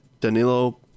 Danilo